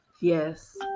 Yes